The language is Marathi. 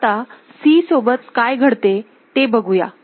आता C सोबत काय घडते ते बघूया